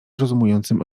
rozumującym